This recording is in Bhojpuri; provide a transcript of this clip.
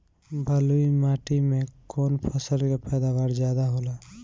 बालुई माटी में कौन फसल के पैदावार ज्यादा होला?